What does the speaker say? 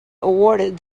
awarded